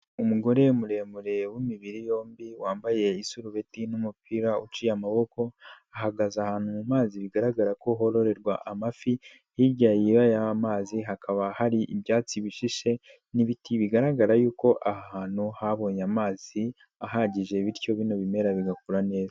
Umugore muremure w'imibiri yombi wambaye isurubeti n'umupira uciye amaboko, ahagaze ahantu mu mazi bigaragara ko hororerwa amafi, hirya y'ayamazi hakaba hari ibyatsi bishishe n'ibiti bigaragara yuko ahantu habonye amazi ahagije bityo bino bimera bigakura neza.